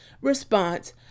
response